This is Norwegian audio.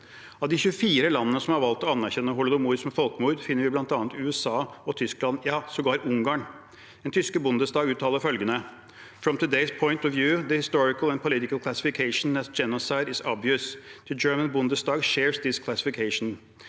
Av de 24 landene som har valgt å anerkjenne holodomor som folkemord, finner vi bl.a. USA og Tyskland, ja, sågar Ungarn. Den tyske forbundsdagen uttaler følgende: From today’s point of view, the historical-political classification as genocide is obvious. The German Bundestag shares this classification.